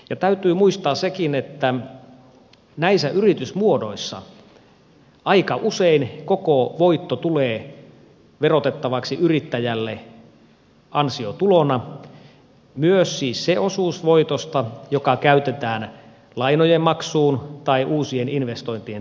ja täytyy muistaa sekin että näissä yritysmuodoissa aika usein koko voitto tulee verotettavaksi yrittäjälle ansiotulona myös siis se osuus voitosta joka käytetään lainojen maksuun tai uusien investointien tekemiseen